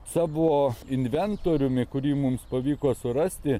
savo inventoriumi kurį mums pavyko surasti